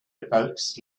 evokes